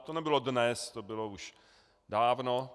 To nebylo dnes, to bylo už dávno.